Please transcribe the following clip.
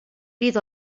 bydd